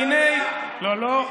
לא.